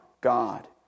God